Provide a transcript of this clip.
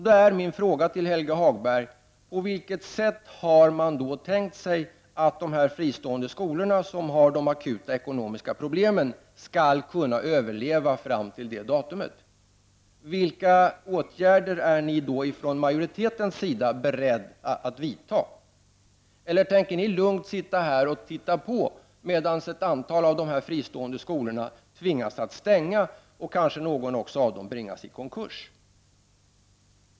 På vilket sätt, Helge Hagberg, har man tänkt sig att de fristående skolorna, som har akuta ekonomiska problem, skall kunna överleva fram till det datumet? Vilka åtgärder är ni från majoritetens sida beredda att vidta? Tänker ni lugnt sitta här och titta på medan ett antal av de fristående skolorna tvingas att stänga och några av dem kanske bringas i konkurs?